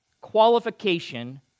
qualification